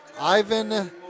Ivan